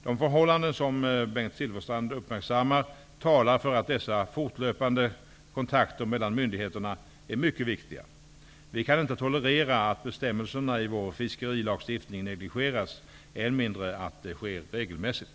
De förhållanden som Bengt Silfverstrand uppmärksammar talar för att dessa fortlöpande kontakter mellan myndigheterna är mycket viktiga. Vi kan inte tolerera att bestämmelserna i vår fiskerilagstiftning negligeras, än mindre att det sker regelmässigt.